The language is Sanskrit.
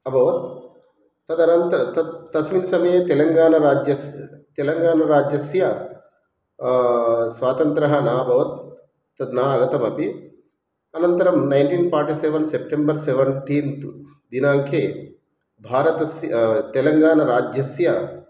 अभवत् तदनन्तरं तत् तस्मिन् समये तेलङ्गाणाराज्यस्य तेलङ्गाणाराज्यस्य स्वातन्त्र्यं नाभवत् तद् न आगतमपि अनन्तरं nineteen forty seven September seventeenth दिनाङ्के भारतस्य तेलङ्गाणाराज्यस्य